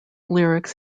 lyrics